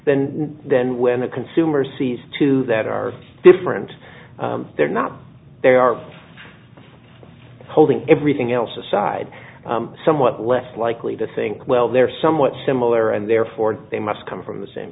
then then when the consumer sees two that are different they're not they are holding everything else aside somewhat less likely to think well they're somewhat similar and therefore they must come from the same